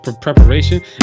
preparation